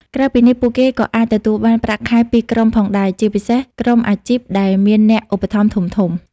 ក្រៅពីនេះ ពួកគេក៏អាចទទួលបាន ប្រាក់ខែពីក្រុម ផងដែរ ជាពិសេសក្រុមអាជីពដែលមានអ្នកឧបត្ថម្ភធំៗ។